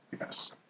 Yes